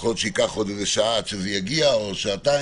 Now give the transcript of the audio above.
שיכול להיות שייקח עוד שעה עד שזה יגיע או שעתיים.